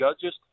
judges